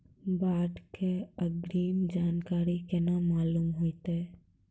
बाढ़ के अग्रिम जानकारी केना मालूम होइतै?